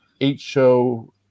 eight-show